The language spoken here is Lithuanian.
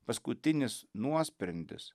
paskutinis nuosprendis